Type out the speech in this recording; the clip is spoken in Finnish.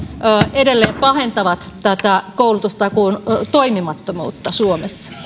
edelleen pahentavat tätä koulutustakuun toimimattomuutta suomessa